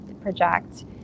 project